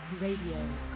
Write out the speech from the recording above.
Radio